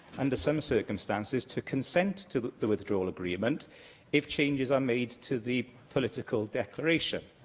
under some circumstances, to consent to the withdrawal agreement if changes are made to the political declaration,